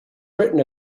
written